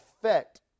effect